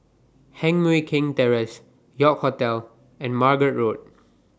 Heng Mui Keng Terrace York Hotel and Margate Road